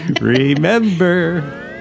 Remember